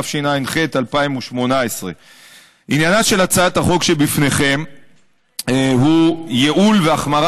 התשע"ח 2018. עניינה של הצעת החוק שבפניכם הוא ייעול והחמרה